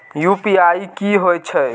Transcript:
UPI की होई छै?